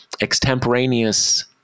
extemporaneous